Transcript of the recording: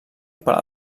per